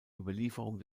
überlieferung